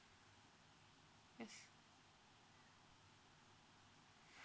yes